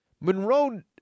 Monroe